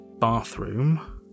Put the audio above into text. bathroom